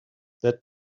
that